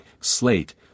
Slate